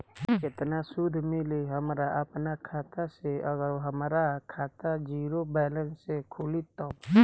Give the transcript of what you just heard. केतना सूद मिली हमरा अपना खाता से अगर हमार खाता ज़ीरो बैलेंस से खुली तब?